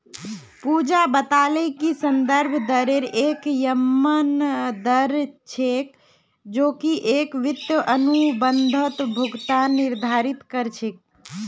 पूजा बताले कि संदर्भ दरेर एक यममन दर छेक जो की एक वित्तीय अनुबंधत भुगतान निर्धारित कर छेक